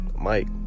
Mike